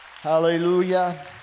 Hallelujah